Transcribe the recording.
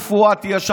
הרפואה תהיה שם,